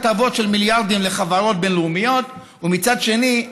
הטבות של מיליארדים לחברות בין-לאומיות ומצד שני,